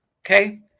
Okay